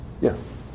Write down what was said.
Yes